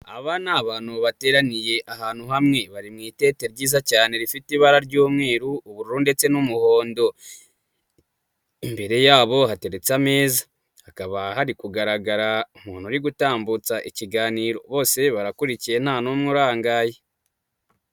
Aba ni abantu bateraniye ahantu hamwe bari mu itete ryiza cyane rifite ibara ry'umweru, ubururu ndetse n'umuhondo. Imbere yabo hateretse ameza hakaba hari kugaragara umuntu uri gutambutsa ikiganiro bose barakurikiye nta n'umwe urangaye.